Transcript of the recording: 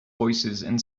voicesand